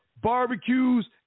barbecues